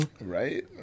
Right